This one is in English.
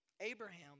Abraham